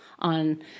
on